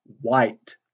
white